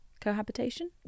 cohabitation